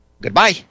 goodbye